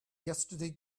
yesterday